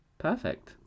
Perfect